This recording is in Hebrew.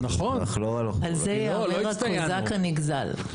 על זה יאמר הקוז'אק הנגזל.